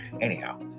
Anyhow